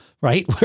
right